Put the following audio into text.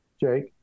Jake